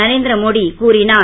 நரேந்திரமோடி கூறினார்